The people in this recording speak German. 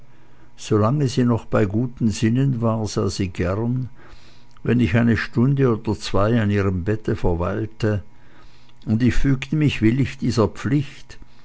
solange sie noch bei guten sinnen war sah sie gern wenn ich eine stunde oder zwei an ihrem bette verweilte und ich fügte mich willig dieser pflicht